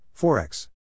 Forex